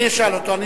אני אשאל אותו.